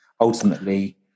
ultimately